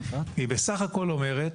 היא בסך הכול אומרת,